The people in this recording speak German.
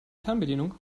fernbedienung